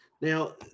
Now